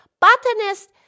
botanist